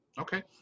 Okay